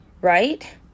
right